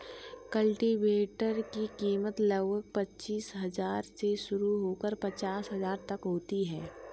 cultivator की कीमत लगभग पचीस हजार से शुरू होकर पचास हजार तक होती है